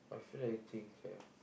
I feel like eating sia